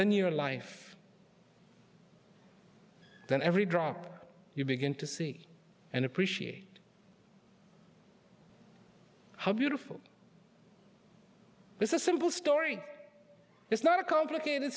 in your life then every drop you begin to see and appreciate how beautiful this is simple story is not a complicated